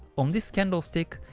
on this candle stick,